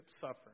suffer